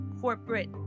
Corporate